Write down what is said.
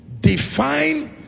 Define